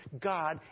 God